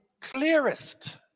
clearest